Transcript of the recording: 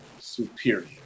superior